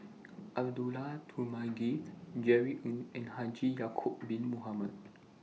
Abdullah Tarmugi Jerry Ng and Haji Ya'Acob Bin Mohamed